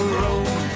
road